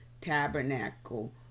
Tabernacle